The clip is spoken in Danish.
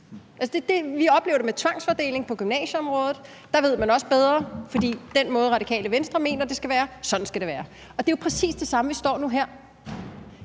Vi oplever det med tvangsfordeling på gymnasieområdet. Der ved man også bedre – for den måde, som Radikale Venstre mener det skal være på, er sådan, det skal være. Og det er jo præcis det samme, som vi står med nu her.